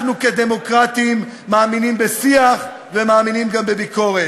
אנחנו כדמוקרטים מאמינים בשיח ומאמינים גם בביקורת.